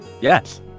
Yes